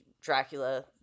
dracula